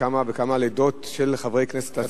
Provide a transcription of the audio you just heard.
בכמה וכמה לידות של חברי כנסת עצמם,